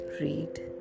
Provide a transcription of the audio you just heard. read